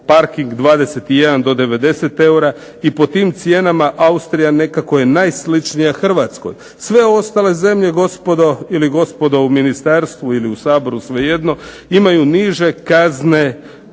parking 21 do 90 eura i po tim cijenama Austrija je najsličnija Hrvatskoj, sve ostale zemlje gospodo u Ministarstvu ili u Saboru svejedno, imaju niže kazne